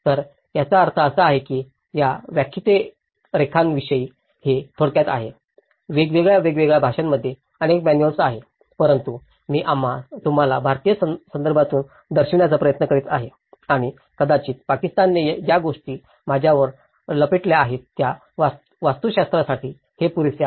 तर याचा अर्थ असा की या व्यक्तिरेखांविषयी हे थोडक्यात आहे वेगवेगळ्या वेगवेगळ्या भाषांमध्ये अनेक मॅनुअल्स आहेत परंतु मी तुम्हाला भारतीय संदर्भातून दर्शविण्याचा प्रयत्न करीत आहे आणि कदाचित पाकिस्तानने ज्या गोष्टी माझ्यावर लपेटल्या आहेत त्या वास्तुशास्त्रासाठी हे पुरेसे आहे